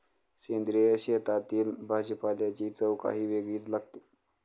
सेंद्रिय शेतातील भाजीपाल्याची चव काही वेगळीच लागते